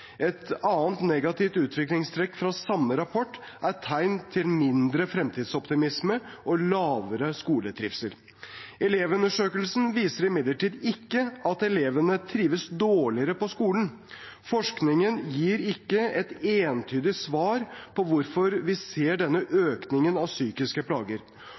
Et annet negativt utviklingstrekk fra samme rapport er tegn til mindre fremtidsoptimisme og lavere skoletrivsel. Elevundersøkelsen viser imidlertid ikke at elevene trives dårligere på skolen. Forskningen gir ikke et entydig svar på hvorfor vi ser denne økningen av psykiske plager.